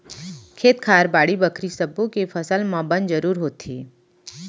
खेत खार, बाड़ी बखरी सब्बो के फसल म बन जरूर होथे